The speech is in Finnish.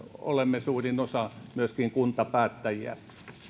olemme suurin osa myöskin kuntapäättäjiä